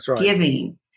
giving